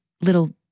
little